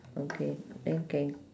okay